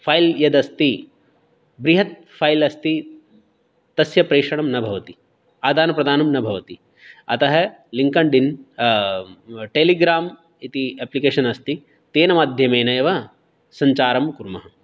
fail यद् अस्ति बृहत् फ़ैल् अस्ति तस्य प्रेषणं न भवति आदानप्रदानं न भवति अतः लिङ्कण्डिन् टेलीग्राम् इति एप्लीकेशन् अस्ति तेन माध्यमेन एव सञ्चारं कुर्मः